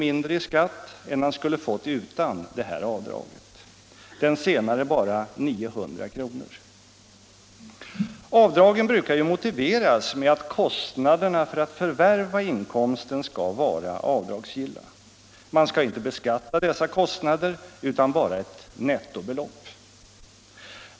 mindre i skatt än han skulle fått utan avdrag, den senare bara 900 kr. Avdragen brukar motiveras med att kostnaderna för att förvärva inkomsten skall vara avdragsgilla. Man skall inte beskatta dessa kostnader utan bara ett nettobelopp.